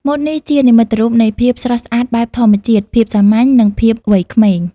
ម៉ូតនេះជានិមិត្តរូបនៃភាពស្រស់ស្អាតបែបធម្មជាតិ ភាពសាមញ្ញ និងភាពវ័យក្មេង។